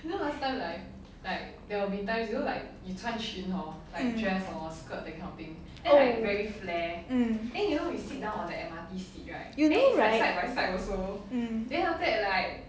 mm oh mm you know right mm